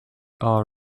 all